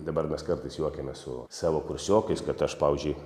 dabar mes kartais juokiamės su savo kursiokais kad aš pavyzdžiui